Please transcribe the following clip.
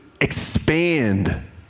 expand